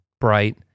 bright